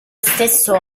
stesso